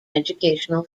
educational